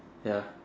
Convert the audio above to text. ya